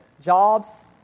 jobs